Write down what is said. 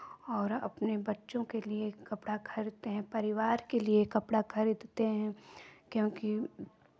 और अपने बच्चों के लिये कपड़ा खरीदते हैं परिवार के लिये कपड़ा खरीदते हैं क्योंकि